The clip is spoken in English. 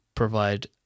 Provide